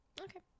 Okay